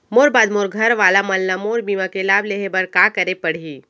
मोर बाद मोर घर वाला मन ला मोर बीमा के लाभ लेहे बर का करे पड़ही?